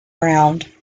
round